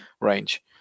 range